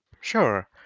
Sure